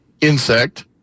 insect